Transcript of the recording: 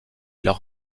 leur